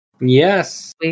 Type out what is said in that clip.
yes